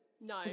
No